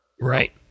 right